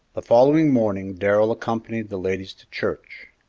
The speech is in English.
the following morning darrell accompanied the ladies to church.